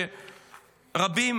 שרבים